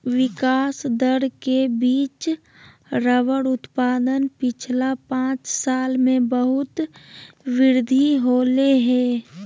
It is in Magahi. विकास दर के बिच रबर उत्पादन पिछला पाँच साल में बहुत वृद्धि होले हें